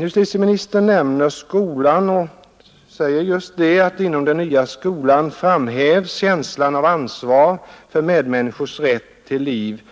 Justitieministern nämner skolan och säger att inom den nya skolan framhävs ”känslan av ansvar för medmänniskors rätt till liv,